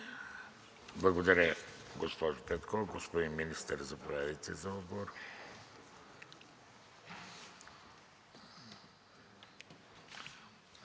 Благодаря, госпожо Петкова. Господин Министър, заповядайте за отговор.